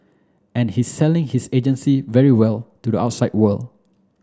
and he's selling his agency very well to the outside world